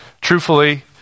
truthfully